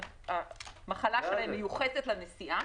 כלומר המחלה שלהם מיוחסת לנסיעה,